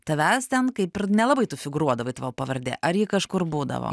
tavęs ten kaip ir nelabai tu figūruodavai tavo pavardė ar ji kažkur būdavo